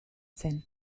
zen